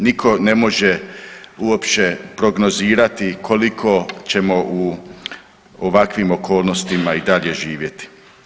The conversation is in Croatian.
Nitko ne može uopće prognozirati koliko ćemo u ovakvim okolnostima i dalje živjeti.